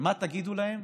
ומה תגידו להם,